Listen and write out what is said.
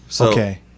okay